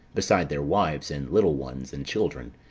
beside their wives, and little ones, and children.